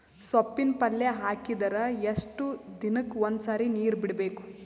ಸೊಪ್ಪಿನ ಪಲ್ಯ ಹಾಕಿದರ ಎಷ್ಟು ದಿನಕ್ಕ ಒಂದ್ಸರಿ ನೀರು ಬಿಡಬೇಕು?